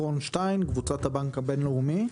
רון שטיין, קבוצת הבנק הבינלאומי.